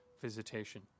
visitation